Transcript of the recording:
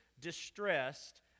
distressed